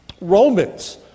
Romans